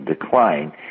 decline